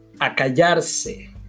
Acallarse